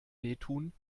wehtun